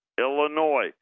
Illinois